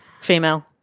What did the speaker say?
female